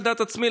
על דעת עצמי,